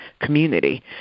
community